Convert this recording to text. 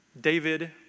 David